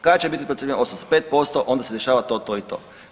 Kad će biti procijepljeno 85%, onda se dešava to, to i to.